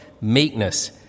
meekness